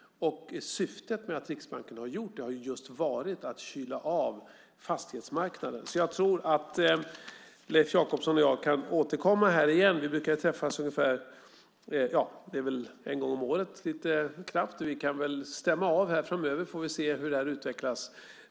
Syftet med Riksbankens höjning av reporäntan har just varit att kyla ned fastighetsmarknaden. Jag tror därför att Leif Jakobsson och jag får återkomma till denna fråga. Vi brukar ju träffas ungefär en gång om året. Vi kan väl stämma av framöver och se hur det hela utvecklas.